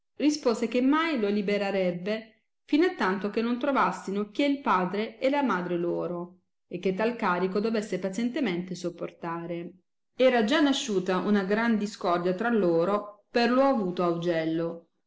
rispose che mai lo liberarebbe fino a tanto che non trovassino chi è il padre e la madre loro e che tal carico dovesse pazientemente sopportare era già nasciuta una gran discordia tra loro per lo avuto augello